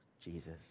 Jesus